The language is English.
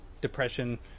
depression